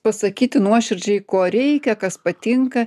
pasakyti nuoširdžiai ko reikia kas patinka